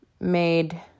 made